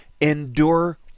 endure